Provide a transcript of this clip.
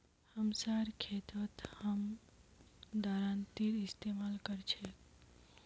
हमसार खेतत हम दरांतीर इस्तेमाल कर छेक